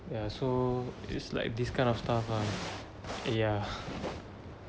ya so is like this kind of stuff ah ya